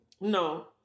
No